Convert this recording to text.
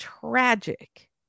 tragic